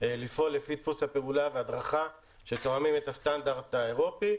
לפעול לפי דפוס הפעולה וההדרכה שתואמים את הסטנדרט האירופי,